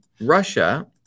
Russia